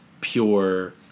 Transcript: pure